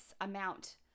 amount